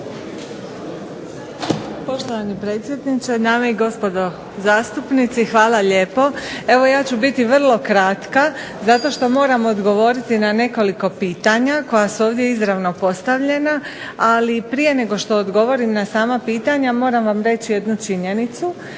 Poštovani predsjedniče, dame i gospodo zastupnici hvala lijepo. Evo ja ću biti vrlo kratka zato što moram odgovoriti na nekoliko pitanja koja su ovdje izravno postavljena, ali prije nego što odgovorim na sama pitanja moram vam reći jednu činjenicu,